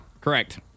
Correct